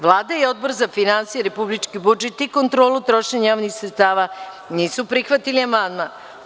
Vlada i Odbor za finansije, republički budžet i kontrolu trošenja javnih sredstava nisu prihvatili amandman.